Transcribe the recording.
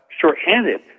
shorthanded